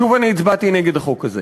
שוב אני הצבעתי נגד החוק הזה.